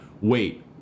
wait